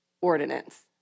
ordinance